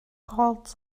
called